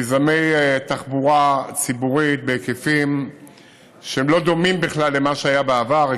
מיזמי תחבורה ציבורית בהיקפים שהם לא דומים בכלל למה שהיה בעבר,